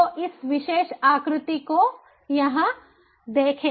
तो इस विशेष आकृति को यहां देखें